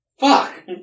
Fuck